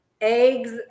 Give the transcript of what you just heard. Eggs